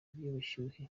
by’ubushyuhe